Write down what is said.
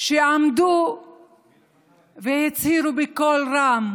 שעמדו והצהירו בקול רם: